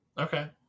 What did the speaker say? Okay